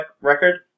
record